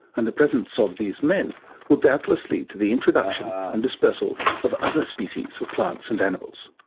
and the presence of these men will doubtless lead to the introduction and dispersal of other species of plants and animals,